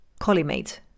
Collimate